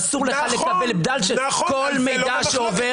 אסור לך לקבל בדל של כל מידע שעובר.